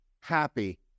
happy